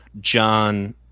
John